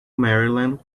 maryland